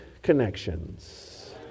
connections